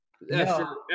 No